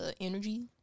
energy